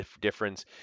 difference